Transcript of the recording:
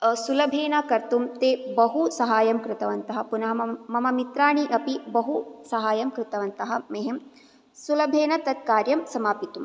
सुलभेन कर्तुं ते बहु सहाय्यं कृतवन्तः पुनः मम मम मित्राणि अपि बहु सहायं कृतवन्तः मह्यं सुलभेन तत् कार्यं समापितुम्